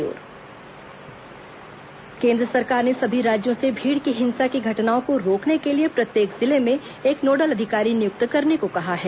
केंद्र भीड़ हिंसा केंद्र सरकार ने सभी राज्यों से भीड़ की हिंसा की घटनाओं को रोकने के लिए प्रत्येक जिले में एक नोडल अधिकारी नियुक्त करने को कहा है